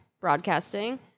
broadcasting